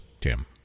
Tim